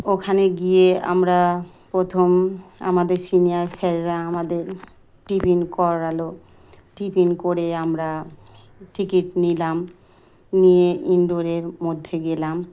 ওখানে গিয়ে আমরা প্রথম আমাদের সিনিয়র স্যারেরা আমাদের টিফিন করালো টিফিন করে আমরা টিকিট নিলাম নিয়ে ইনডোরের মধ্যে গেলাম